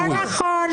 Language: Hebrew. לא נכון.